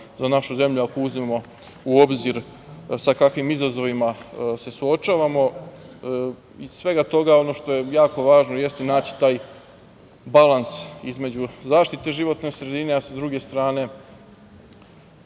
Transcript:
za našu zemlju, ako uzmemo u obzir sa kakvim izazovima se suočavamo. Iz svega toga, ono što je jako važno jeste naći taj balans između zaštite životne sredine, a sa druge strane,